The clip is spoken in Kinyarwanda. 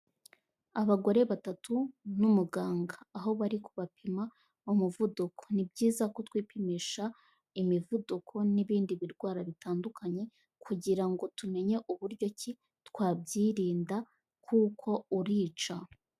Abagore batatu n'umuganga, aho bari kubapima umuvuduko, ni byiza ko twipimisha imivuduko n'ibindi birwara bitandukanye kugira ngo tumenye uburyoki twabyirinda kuko urica.